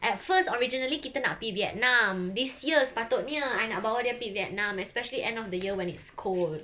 at first originally kita nak pi vietnam this year sepatutnya I nak bawa dia pi vietnam especially end of the year when it's cold